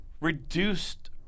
reduced